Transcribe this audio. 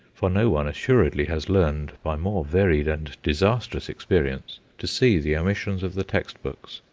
for no one assuredly has learned, by more varied and disastrous experience, to see the omissions of the text-books.